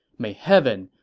may heaven,